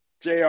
JR